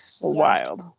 Wild